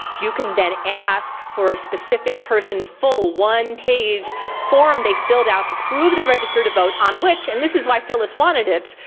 you can then ask for a specific person's full one page form they filled out to prove they're registered to vote on which and this is why phyllis wanted it.